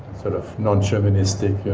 sort of nonchauvinistic,